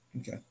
Okay